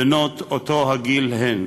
בנות אותו הגיל הן.